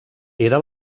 era